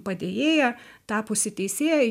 padėjėja tapusi teisėja